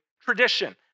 tradition